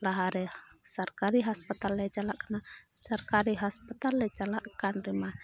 ᱞᱟᱦᱟᱨᱮ ᱥᱚᱨᱠᱟᱨᱤ ᱦᱟᱥᱯᱟᱛᱟᱞ ᱞᱮ ᱪᱟᱞᱟᱜ ᱠᱟᱱᱟ ᱥᱚᱨᱠᱟᱨᱤ ᱦᱟᱥᱯᱟᱛᱟᱞ ᱞᱮ ᱪᱟᱞᱟᱜ ᱠᱟᱱ ᱨᱮᱢᱟ